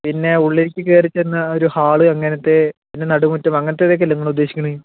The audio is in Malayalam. പിന്നെ ഉള്ളിലേക്ക് കയറിച്ചെന്നാൽ ഒരു ഹാള് അങ്ങനത്തെ പിന്നെ നടുമുറ്റം അങ്ങനത്തെ ഇതൊക്കെയല്ലേ നിങ്ങള് ഉദ്ദേശിക്കുന്നത്